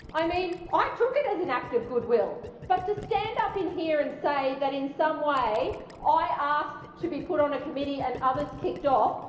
i mean i took it as an act of goodwill but to stand up in here and say that in some way i asked to be put on a committee and others kicked off,